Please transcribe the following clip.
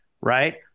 right